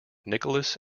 nicholas